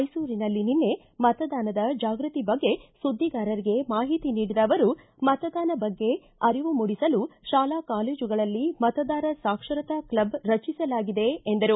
ಮೈಸೂರಿನಲ್ಲಿ ನಿನ್ನೆ ಮತದಾನದ ಜಾಗೃತಿ ಬಗ್ಗೆ ಸುದ್ದಿಗಾರರಿಗೆ ಮಾಹಿತಿ ನೀಡಿದ ಅವರು ಮತದಾನ ಬಗ್ಗೆ ಅರಿವು ಮೂಡಿಸಲು ಶಾಲಾ ಕಾಲೇಜುಗಳಲ್ಲಿ ಮತದಾರ ಸಾಕ್ಷರತಾ ಕ್ಲಬ್ ರಚಿಸಲಾಗಿದೆ ಎಂದರು